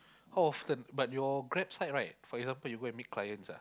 how often but your Grab side right for example you go and meet clients ah